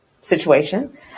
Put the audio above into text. situation